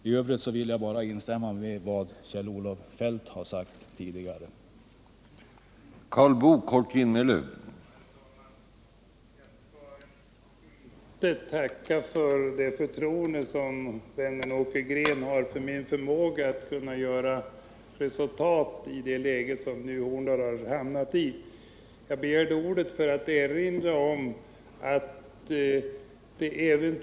I övrigt vill jag bara instämma i vad Kjell-Olof Feldt tidigare har sagt.